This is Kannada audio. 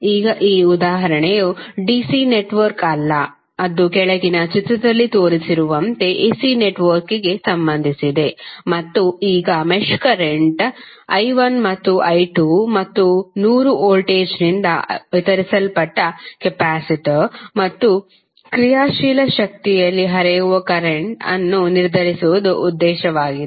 ಈಗ ಈ ಉದಾಹರಣೆಯು ಡಿಸಿ ನೆಟ್ವರ್ಕ್ ಅಲ್ಲ ಅದು ಕೆಳಗಿನ ಚಿತ್ರದಲ್ಲಿ ತೋರಿಸಿರುವಂತೆ ಎಸಿ ನೆಟ್ವರ್ಕ್ಗೆ ಸಂಬಂಧಿಸಿದೆ ಮತ್ತು ಈಗ ಮೆಶ್ ಕರೆಂಟ್ I 1 ಮತ್ತು I 2 ಮತ್ತು 100 ವೋಲ್ಟೇಜ್ನಿಂದ ವಿತರಿಸಲ್ಪಟ್ಟ ಕೆಪಾಸಿಟರ್ ಮತ್ತು ಕ್ರಿಯಾಶೀಲ ಶಕ್ತಿಯಲ್ಲಿ ಹರಿಯುವ ಕರೆಂಟ್ವನ್ನು ನಿರ್ಧರಿಸುವುದು ಉದ್ದೇಶವಾಗಿದೆ